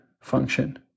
function